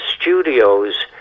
studios